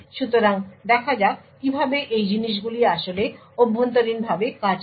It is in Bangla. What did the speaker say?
সুতরাং দেখা যাক কীভাবে এই জিনিসগুলি আসলে অভ্যন্তরীণভাবে কাজ করে